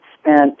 spent